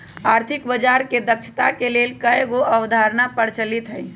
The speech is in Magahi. आर्थिक बजार के दक्षता के लेल कयगो अवधारणा प्रचलित हइ